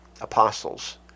apostles